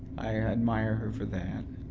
i admire her for that.